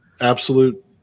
absolute